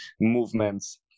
movements